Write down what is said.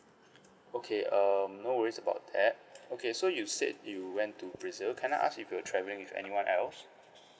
okay um no worries about that okay so you said you went to brazil can I ask if you're traveling with anyone else